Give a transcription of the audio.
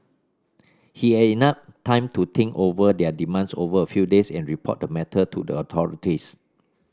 he had enough time to think over their demands over a few days and report the matter to the authorities